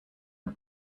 are